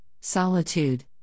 solitude